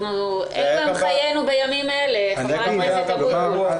אלה הם חיינו בימים האלה, חבר הכנסת אבוטבול.